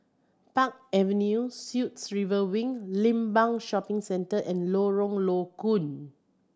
Park Avenue Suites River Wing Limbang Shopping Centre and Lorong Low Koon